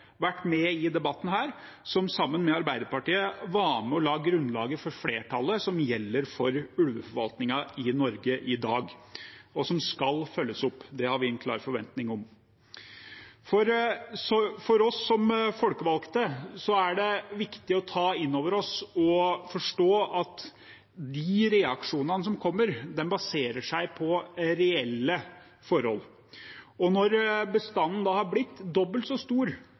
vært med i debatten her, som sammen med Arbeiderpartiet var med og la grunnlaget for flertallet som gjelder for ulveforvaltningen i Norge i dag. Det skal følges opp, det har vi en klar forventning om. For oss som folkevalgte er det viktig å ta inn over seg og forstå at reaksjonene som kommer, baserer seg på reelle forhold. Når bestanden de siste årene har blitt dobbelt så stor